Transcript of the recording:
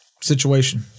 situation